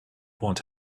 want